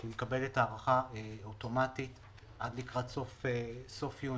שהיא מקבלת הארכה אוטומטית עד לקראת סוף יוני.